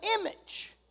image